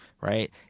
Right